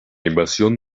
invasión